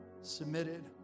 submitted